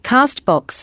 CastBox